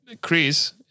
Chris